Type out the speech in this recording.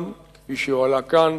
גם, כפי שהועלה כאן,